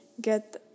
get